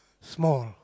small